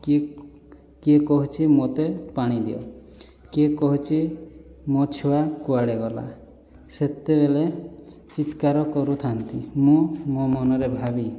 କି କିଏ କହୁଛି ମୋତେ ପାଣିଦିଅ କିଏ କହୁଛି ମୋ' ଛୁଆ କୁଆଡ଼େ ଗଲା ସେତେବେଳେ ଚିତ୍କାର କରୁଥାନ୍ତି ମୁଁ ମୋ' ମନରେ ଭାବି